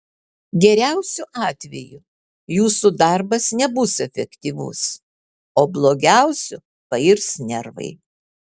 geriausiu atveju jūsų darbas nebus efektyvus o blogiausiu pairs nervai